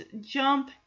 jump